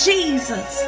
Jesus